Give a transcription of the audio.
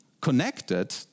connected